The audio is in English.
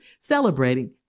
celebrating